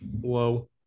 Whoa